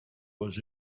was